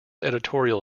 editorial